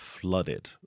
flooded